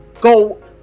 go